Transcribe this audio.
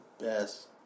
best